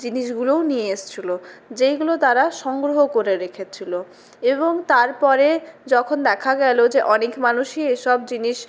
জিনিসগুলোও নিয়ে এসেছিলো যেইগুলো তারা সংগ্রহ করে রেখেছিলো এবং তারপরে যখন দেখা গেল যে অনেক মানুষই এইসব জিনিস